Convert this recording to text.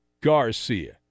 Garcia